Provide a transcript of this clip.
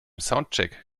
soundcheck